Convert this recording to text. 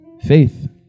Faith